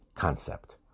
concept